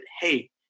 hey